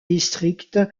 district